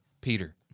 Peter